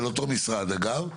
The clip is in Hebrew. של אותו משרד אגב,